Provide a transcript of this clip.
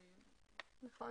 נכון.